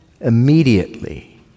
immediately